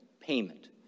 payment